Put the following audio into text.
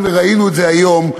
וראינו את זה היום,